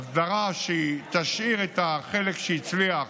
אסדרה שתשאיר את החלק שהצליח,